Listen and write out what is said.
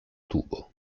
tubo